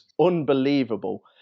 unbelievable